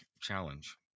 challenge